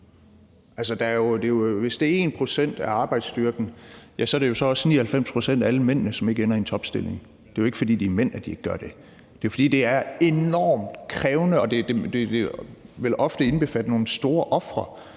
hvis det er 1 pct. af arbejdsstyrken, ja, så er det jo 99 pct. af alle mændene, som ikke ender i en topstilling. Det er jo ikke, fordi de er mænd, at de ikke gør det. Det er, fordi det er enormt krævende og ofte vil indbefatte nogle store ofre